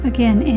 Again